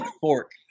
Fork